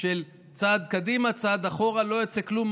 של צעד קדימה, צעד אחורה, ולא יוצא כלום.